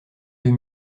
deux